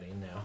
now